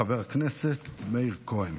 חבר הכנסת מאיר כהן,